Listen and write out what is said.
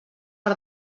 per